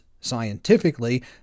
scientifically